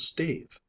Steve